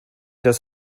das